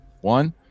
one